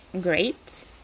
great